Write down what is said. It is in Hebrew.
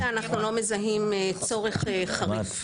כרגע אנחנו לא מזהים צורך חריג.